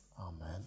amen